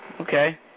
Okay